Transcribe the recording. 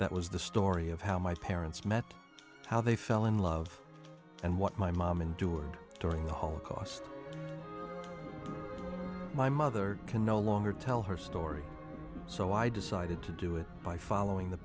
that was the story of how my parents met how they fell in love and what my mom endured during the holocaust my mother can no longer tell her story so i decided to do it by following the